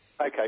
Okay